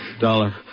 Dollar